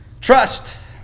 trust